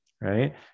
right